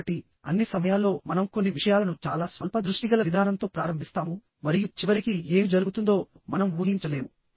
కాబట్టిఅన్ని సమయాల్లో మనం కొన్ని విషయాలను చాలా స్వల్ప దృష్టిగల విధానంతో ప్రారంభిస్తాము మరియు చివరికి ఏమి జరుగుతుందో మనం ఊహించలేము